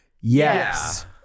Yes